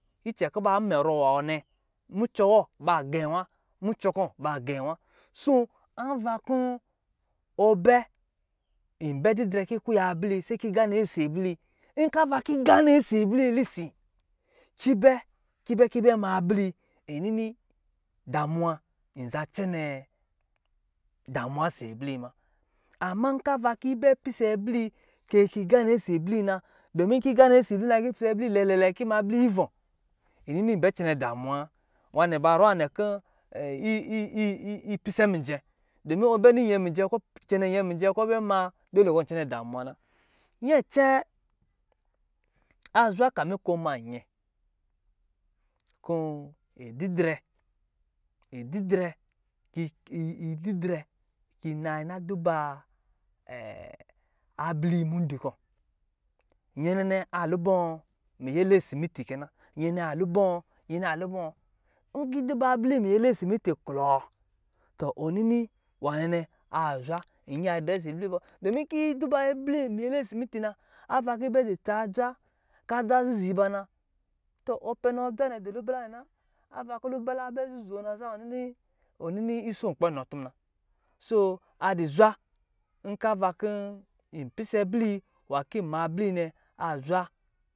Icɛ kɔ̄ baa mɛrɛ wɔ nɛ, mucɔ wɔ baa gɛɛn wa, mucɔ kɔ̄ baa gɛɛn wa soo, avan kɔ̄ ɔ bɛ, inbɛ didrɛ ki kuyaa bli yi, sɛ kin yi gaanɛ sɛ bli yi. Nkɔ̄ ava kɔ̄ yi gaanɛ sɛ bli yi lisin, kii bɛ ki bɛ ki bɛ maa bli yi, inini damuwa inza cɛnɛ damuwa ɔsɔ̄ bli yi ma. Amma nkaa ava kiyi bɛ pisee bli kɛ ki gaanɛ sɛ bli yi na, dɔmin in ki yi za gaanɛ sɛ bli na kɔ̄ yi pise ibli yi lɛlɛ kɔ̄ yi ma bli yi ivɔ̄, inini yin bɛ cɛnɛ damuwaa. Nwanɛ ba rɔ nwa nɛ kɔ i- i- i-ipise mijɛ, dɔmin ɔ bɛ ni nyɛ mijɛ kɔ̄ ɔ cɛnɛ nyɛ mijɛ kɔ̄ ɔ maa, dɔlle kɔ̄ ɔ cɛnɛ damuwa na. Nyɛ cɛɛ, a zwa kamin kɔ̄ ɔ ma nyɛ, kɔ̄ yi didrɛ yi didrɛ ki ki ididrɛ ki yi naayi na dubaa abli yi mundu kɔ̄. Nyɛ nɛ nɛ a lubɔ̄ɔ̄ miyɛlɛ a simiti kɛ na, nyɛ nɛ a lubɔ̄ɔ̄, nyɛ nɛ lubɔ̄ɔ̄. Nkɔ̄ dibaa bli yi miyɛlɛ siiti klɔ, tɔ ɔ nini nwanɛ nɛ a zwa inyiya drɛ sɛ bli yi bɔ, dɔmin ki yi duba bli yi miyɛlɛ a siiti na, ava ki yi bɛ dɔ tsa adza kaa ada zizi ba na, tɔ ɔ pɛ nɔ adza nɛ dɔ lubala nɛ na, avan kɔ̄ lubala bɛ zizoo na zan, ɔ nini, ɔ nini iso kpɛ nɔ tɔ muna. Soo a dɔ zwa nkɔ̄ ava kɔ̄ yin pise bli yi nwā kɔ̄ yi ma bli yi nɛ, a zwa